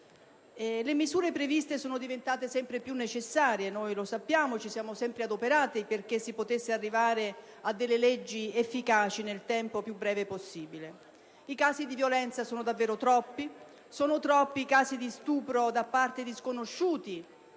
Le misure previste sono diventate sempre più necessarie, lo sappiamo, e ci siamo sempre adoperati perché si potesse arrivare a delle leggi efficaci nel tempo più breve possibile. I casi di violenza sono davvero troppi. Sono troppi i casi di stupro da parte di sconosciuti;